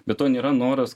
be to nėra noras